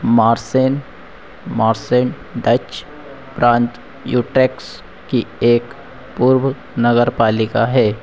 Maarssen Maarssen Dutch प्रांत Utrecht की एक पूर्व नगरपालिका है